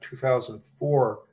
2004